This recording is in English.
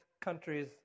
countries